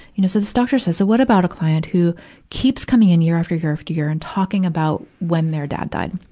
you know, so this doctor says, so what about a client who keeps coming in year after year after year and talking about when their dad died?